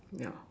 yeah